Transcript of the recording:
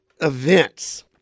events